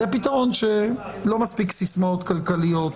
זה פתרון שלא מספיק סיסמאות כלכליות,